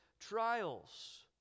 trials